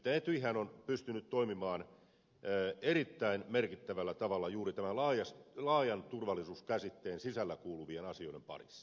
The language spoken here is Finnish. nimittäin etyjhän on pystynyt toimimaan erittäin merkittävällä tavalla juuri tämän laajan turvallisuuskäsitteen sisään kuuluvien asioiden parissa